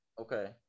Okay